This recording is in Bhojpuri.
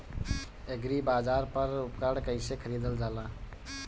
एग्रीबाजार पर उपकरण कइसे खरीदल जाला?